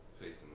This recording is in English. facing